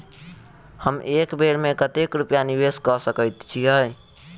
हम एक बेर मे कतेक रूपया निवेश कऽ सकैत छीयै?